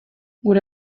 gure